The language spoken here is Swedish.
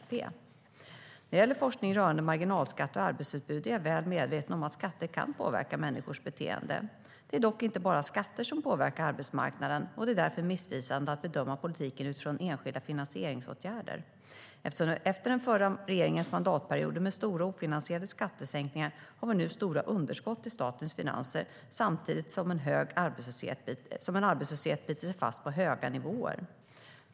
När det gäller forskningen rörande marginalskatter och arbetsutbud är jag väl medveten om att skatter kan påverka människors beteende. Det är dock inte bara skatter som påverkar arbetsmarknaden, och det är därför missvisande att bedöma politiken utifrån enskilda finansieringsåtgärder. Efter den förra regeringens mandatperioder med stora ofinansierade skattesänkningar har vi nu stora underskott i statens finanser och samtidigt en arbetslöshet som bitit sig fast på höga nivåer.